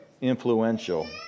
influential